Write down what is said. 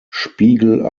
spiegel